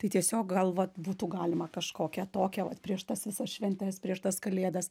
tai tiesiog gal vat būtų galima kažkokią tokią vat prieš tas visas šventes prieš tas kalėdas